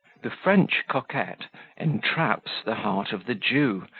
the french coquette entraps the heart of the jew,